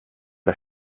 das